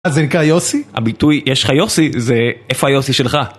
אז זה נקרא יוסי? הביטוי ״יש לך יוסי״ זה איפה היוסי שלך